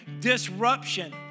disruption